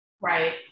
Right